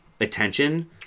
attention